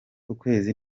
ukwezi